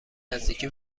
نزدیکی